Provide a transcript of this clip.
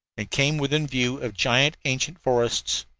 and came within view of giant ancient forests.